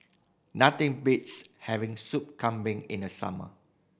nothing beats having Sup Kambing in the summer